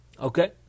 Okay